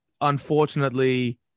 unfortunately